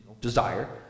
desire